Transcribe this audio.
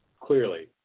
clearly